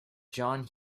john